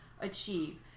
achieve